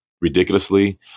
ridiculously